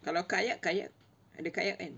kalau kayak kayak ada kayak kan